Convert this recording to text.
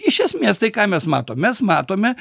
iš esmės tai ką mes matom mes matome